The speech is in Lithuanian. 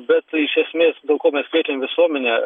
bet iš esmės dėl ko mes kviečiam visuomenę